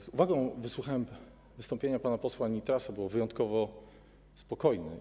Z uwagą wysłuchałem wystąpienia pana posła Nitrasa, które było wyjątkowo spokojne.